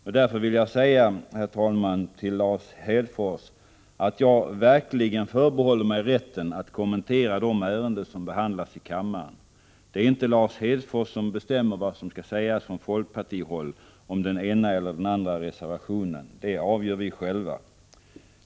Jag vill, herr talman, säga till Lars Hedfors att jag verkligen förbehåller mig rätten att kommentera de ärenden som behandlas i kammaren. Det är inte Lars Hedfors som bestämmer vad som skall sägas från folkpartihåll om den ena eller andra reservationen. Det avgör vi själva.